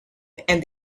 and